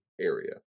area